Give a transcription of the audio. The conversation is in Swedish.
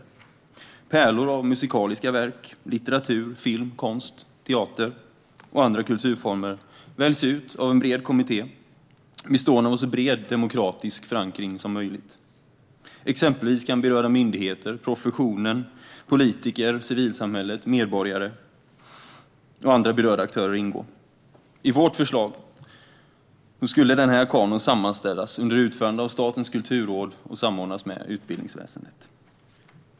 De svenska pärlorna av musikaliska verk, litteratur, film, konst, teater och andra kulturformer väljs ut av en bred kommitté med en så bred demokratisk förankring som möjligt. Exempelvis kan berörda myndigheter, professionen, politiker, civilsamhället, medborgare och andra berörda aktörer ingå. I vårt förslag skulle denna kanon sammanställas under Statens kulturråd och därifrån samordnas med utbildningsväsendet.